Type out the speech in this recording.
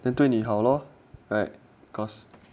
then 对你好 lor like cause